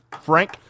Frank